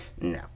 no